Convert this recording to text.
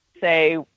say